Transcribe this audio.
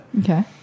Okay